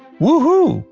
woohoo!